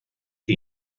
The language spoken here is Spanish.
que